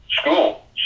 school